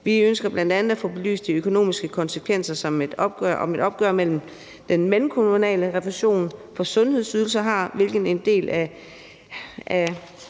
Vi ønsker bl.a. at få belyst, hvilke økonomiske konsekvenser et opgør med den mellemkommunale refusion for sundhedsydelser har, hvilket er en del af